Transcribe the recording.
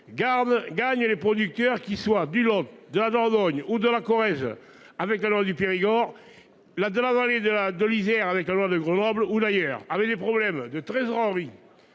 gagne les producteurs qui soient du loft de la Dordogne ou de la Corrèze avec la noix du Périgord. La de la vallée de la, de l'Isère avec la noix de Grenoble ou d'ailleurs avec des problèmes de trésorerie,